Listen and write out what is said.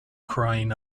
crying